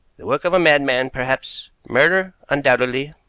the work of a madman, perhaps. murder, undoubtedly.